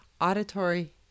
auditory